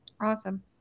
Awesome